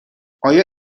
آیا